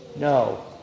No